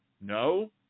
No